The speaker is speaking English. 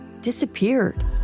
Disappeared